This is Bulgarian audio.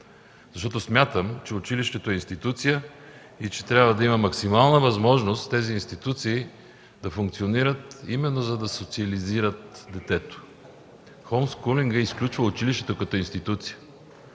защото смятам, че училището е институция и че трябва да има максимална възможност тези институции да функционират, именно за да социализират детето. Homeschooling изключва училището като институция.